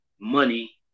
money